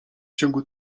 ciągu